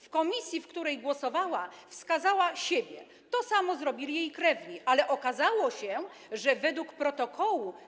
W komisji, w której głosowała, wskazała siebie i to samo zrobili jej krewni, ale okazało się, że według protokołu.